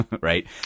Right